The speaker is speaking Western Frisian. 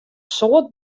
soad